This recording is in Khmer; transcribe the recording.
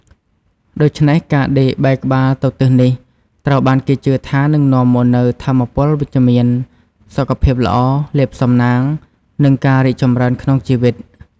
ដូច្នេះ ការដេកបែរក្បាលទៅទិសនេះ ត្រូវបានគេជឿថានឹងនាំមកនូវថាមពលវិជ្ជមាន សុខភាពល្អ លាភសំណាង និងការរីកចម្រើនក្នុងជីវិត។